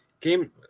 game